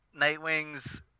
Nightwing's